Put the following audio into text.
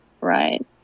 right